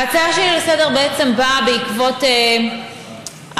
ההצעה שלי לסדר-היום באה בעקבות המשמעות